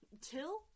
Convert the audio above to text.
Till